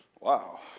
Wow